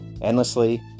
endlessly